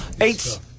Eight